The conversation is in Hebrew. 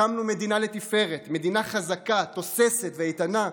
הקמנו מדינה לתפארת, מדינה חזקה, תוססת ואיתנה.